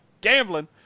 gambling